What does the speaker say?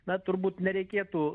na turbūt nereikėtų